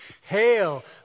Hail